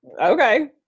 Okay